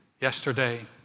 yesterday